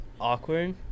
awkward